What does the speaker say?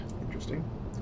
Interesting